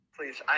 Please